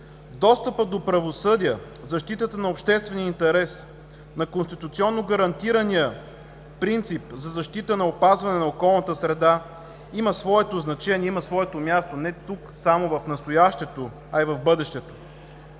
Достъпът до правосъдие, защитата на обществения интерес, на конституционно гарантирания принцип за защита на опазване на околната среда има своето значение, има своето място не тук само в настоящето, а и в бъдещето.